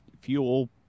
fuel